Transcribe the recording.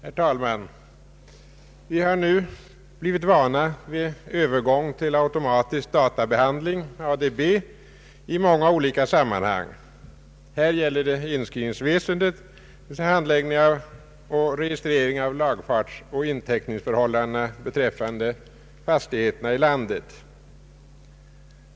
Herr talman! Vi har nu blivit vana vid övergång till automatisk databehandling, ADB, i många olika sammanhang. Här gäller det inskrivningsväsendet, d.v.s. handläggning och registrering av lagfartsoch inteckningsförhållandena beträffande fastigheterna i landet.